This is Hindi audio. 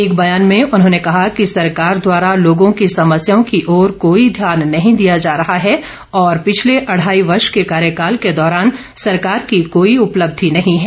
एक बयान में उन्होंने कहा ँकि सरकार लोगों की समस्याओं की ओर कोई ध्यान नहीं दिया जा रहा है और पिछले अढ़ाई वर्ष के कार्यकाल के दौरान सरकार की कोई उपलब्धि नहीं है